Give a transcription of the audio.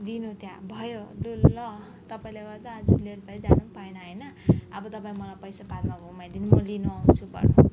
दिनु त्यहाँ भयो डुल्न तपाईँले गर्दा आज लेट भएँ जानु पनि पाइनँ होइन अब तपाईँ मलाई पैसा बादमा घुमाइदिनु म लिनु आउँछु घरमा